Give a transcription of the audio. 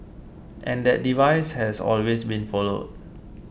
and that device has always been followed